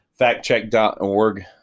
factcheck.org